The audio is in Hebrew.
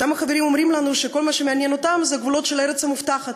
אותם חברים אומרים לנו שכל מה שמעניין אותם זה הגבולות של הארץ המובטחת.